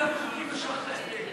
ההצבעה החלה.